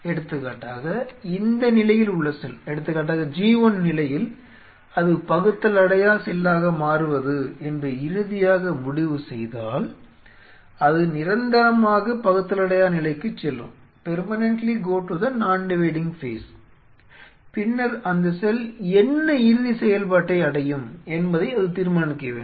எடுத்துக்காட்டாக இந்த நிலையில் உள்ள செல் எடுத்துக்காட்டாக G1 நிலையில் அது பகுத்தலடையா செல்லாக மாறுவது என்று இறுதியாக முடிவு செய்தால் அது நிரந்தரமாக பகுத்தலடையா நிலைக்குச் செல்லும் பின்னர் அந்த செல் என்ன இறுதிச் செயல்பாட்டை அடையும் என்பதை அது தீர்மானிக்க வேண்டும்